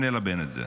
ונלבן את זה.